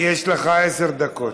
יש לך עשר דקות.